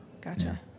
Gotcha